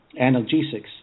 analgesics